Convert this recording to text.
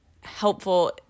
helpful